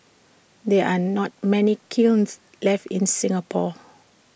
there are not many kilns left in Singapore